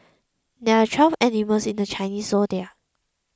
there are twelve animals in the Chinese zodiac